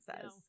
says